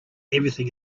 everything